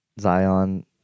Zion